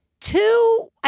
two